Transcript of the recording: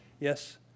Yes